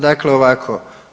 Dakle, ovako.